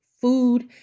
food